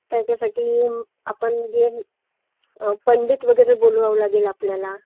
त्याच्यासाठी आपण जे पंडित वगैरे बोलवावं लागेल आपल्याला